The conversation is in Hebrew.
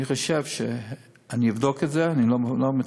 אני חושב שאני אבדוק את זה, אני לא מתחייב.